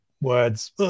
words